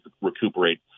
recuperate